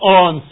on